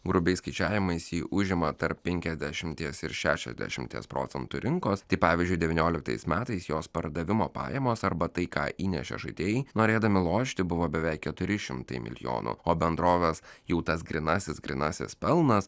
grubiais skaičiavimais ji užima tarp penkiasdešimties ir šešiasdešimties procentų rinkos tai pavyzdžiui devynioliktais metais jos pardavimo pajamos arba tai ką įnešė žaidėjai norėdami lošti buvo beveik keturi šimtai milijonų o bendrovės jau tas grynasis grynasis pelnas